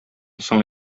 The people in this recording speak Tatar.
соң